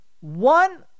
one